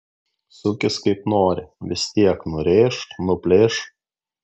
sukis kaip nori vis tiek nurėš nuplėš